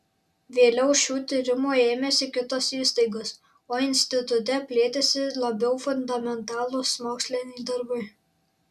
vėliau šių tyrimų ėmėsi kitos įstaigos o institute plėtėsi labiau fundamentalūs moksliniai darbai